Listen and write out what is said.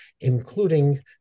including